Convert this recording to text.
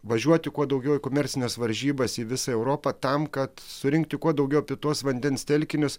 važiuoti kuo daugiau į komercines varžybas į visą europą tam kad surinkti kuo daugiau apie tuos vandens telkinius